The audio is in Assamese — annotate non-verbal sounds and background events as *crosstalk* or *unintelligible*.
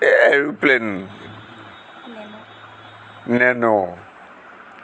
*unintelligible* এৰোপ্লেন নেনো নেনো